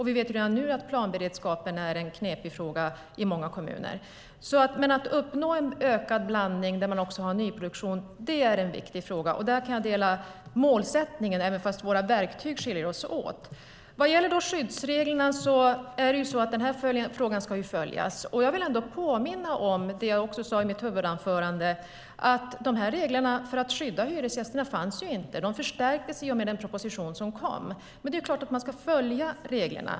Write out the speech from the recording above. Vi vet redan nu att planberedskapen är en knepig fråga i många kommuner. Att uppnå en ökad blandning där man också har nyproduktion är en viktig fråga. Där kan jag dela målsättningen, även om våra verktyg skiljer sig åt. Vad gäller skyddsreglerna ska denna fråga följas. Jag vill påminna om, som jag sade i mitt huvudanförande, att dessa regler för att skydda hyresgästerna inte fanns. De förstärktes i och med den proposition som kom. Men det är klart att man ska följa reglerna.